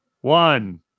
one